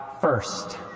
first